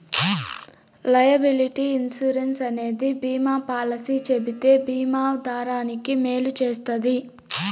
liability insurance అనేది బీమా policy చెబితే బీమా దారానికి మేలు చేస్తది